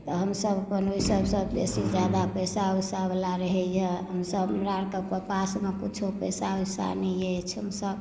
तऽ हमसभ अपन ओहिसभसँ बेसी ज्यादा पैसा वैसावला रहैए ओसभ हमरा आओरके पासमे कुछो पैसा वैसा नहि अछि हमसभ